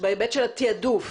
בהיבט של התעדוף,